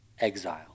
exile